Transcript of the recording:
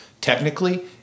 technically